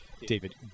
david